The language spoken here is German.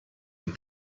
ihm